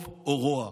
טוב או רוע.